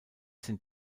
sind